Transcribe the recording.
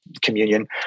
communion